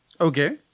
Okay